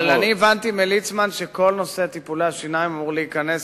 אבל אני הבנתי מליצמן שכל נושא טיפולי השיניים אמור להיכנס